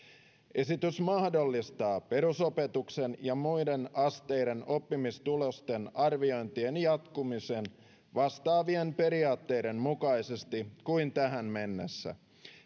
esitys mahdollistaa perusopetuksen ja muiden asteiden oppimistulosten arviointien jatkumisen vastaavien periaatteiden mukaisesti kuin tähän mennessä